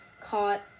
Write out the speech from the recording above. Caught